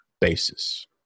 basis